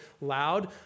loud